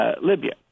Libya